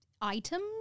Items